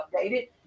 updated